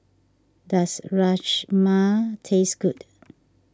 does Rajma taste good